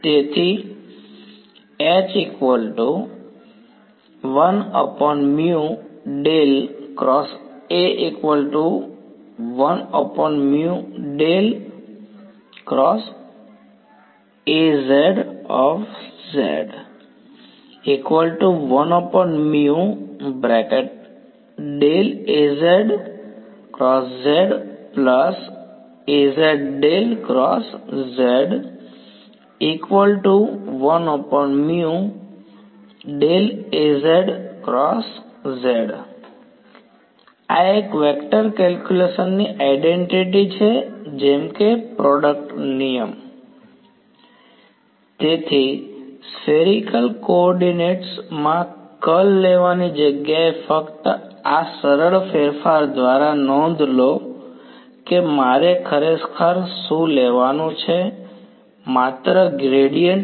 તેથી આ એક વેક્ટર કેલ્ક્યુલસ આઇડેંટીટી છે જેમ કે પ્રોડ્ક્ટ નિયમ તેથી સ્ફેરિકલ કોઓર્ડિનેટ્સ માં કર્લ લેવાની જગ્યાએ ફક્ત આ સરળ ફેરફાર દ્વારા નોંધ લો કે મારે ખરેખર શું લેવાનું છે માત્ર ગ્રેડિયંટ